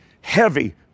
heavy